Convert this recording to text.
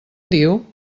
diu